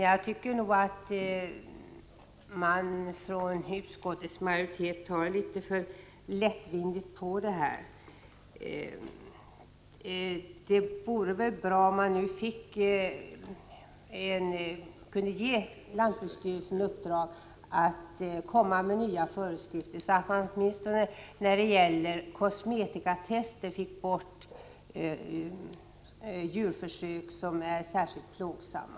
Jag tycker att utskottsmajoriteten tar för lättvindigt på detta. Det vore bra om man nu kunde ge lantbruksstyrelsen i uppdrag att komma med förslag till nya föreskrifter så att man åtminstone när det gäller kosmetikatester finge bort djurförsök som är särskilt plågsamma.